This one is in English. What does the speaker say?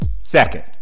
Second